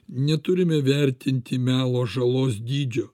neturime vertinti melo žalos dydžio